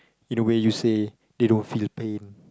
in a way you say they don't feel pain